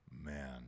Man